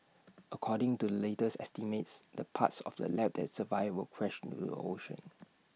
according to the latest estimates the parts of the lab that survive will crash into the ocean